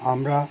আমরা